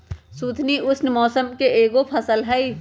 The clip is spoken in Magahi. सुथनी उष्ण मौसम के एगो फसल हई